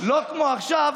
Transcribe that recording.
לא כמו עכשיו,